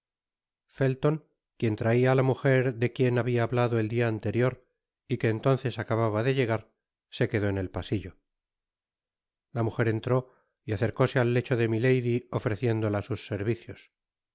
fetton quien traia á la mujer de quien habia hablado el dia anterior y que entonces acababa de llegar se quedó en el pasillo la mujer entró y acercóse al lecho de milady ofreciéndola sus servicios